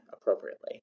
appropriately